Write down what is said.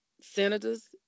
senators